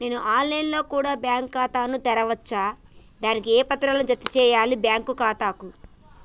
నేను online లో కూడా బ్యాంకు ఖాతా ను తెరవ వచ్చా? దానికి ఏ పత్రాలను జత చేయాలి బ్యాంకు ఖాతాకు?